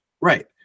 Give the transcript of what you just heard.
Right